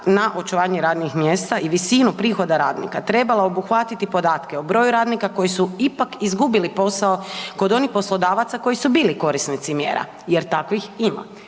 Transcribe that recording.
na očuvanje radnih mjesta i visinu prihoda radnika trebala obuhvatiti podatke o broju radnika koji su ipak izgubili posao kod onih poslodavaca koji su bili korisnici mjera jer takvih ima,